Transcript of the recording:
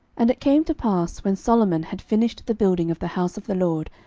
and it came to pass, when solomon had finished the building of the house of the lord,